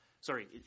Sorry